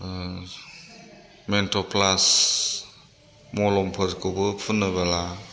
मेन्थ'प्लास मलमफोरखौबो फुनोब्ला